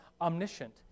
omniscient